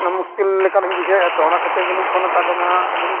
ᱚᱱᱟ ᱢᱩᱥᱠᱤᱞ ᱞᱮᱠᱟᱞᱤᱧ ᱵᱩᱡᱷᱟᱹᱣᱮᱫᱼᱟ ᱛᱳ ᱚᱱᱟ ᱠᱷᱟᱹᱛᱤᱨ ᱜᱮᱞᱤᱧ ᱟᱠᱟᱫᱼᱟ ᱟᱫᱚᱢᱟ ᱟᱵᱤᱱ